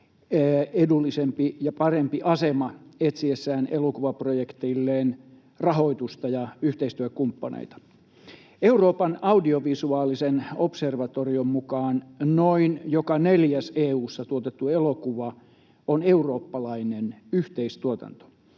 edullisempi ja parempi asema hänen etsiessään elokuvaprojektilleen rahoitusta ja yhteistyökumppaneita. Euroopan audiovisuaalisen observatorion mukaan noin joka neljäs EU:ssa tuotettu elokuva on eurooppalainen yhteistuotanto.